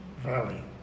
valley